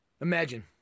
Imagine